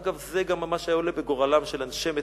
ואגב, זה גם מה שהיה עולה בגורלם של אנשי מצדה,